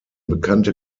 bekannte